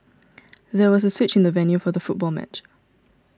there was a switch in the venue for the football match